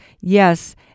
yes